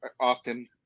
often